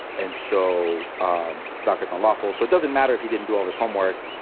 and so ah daca's unlawful. so it doesn't matter if he didn't do all of his homework,